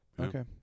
Okay